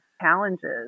challenges